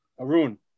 Arun